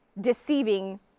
deceiving